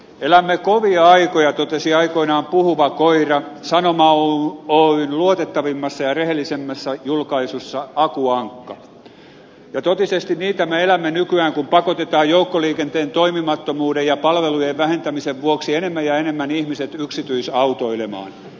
elämme kovia aikoja totesi aikoinaan puhuva koira sanoma oyn luotettavimmassa ja rehellisimmässä julkaisussa aku ankka ja totisesti niitä me elämme nykyään kun pakotetaan joukkoliikenteen toimimattomuuden ja palvelujen vähentämisen vuoksi enemmän ja enemmän ihmiset yksityisautoilemaan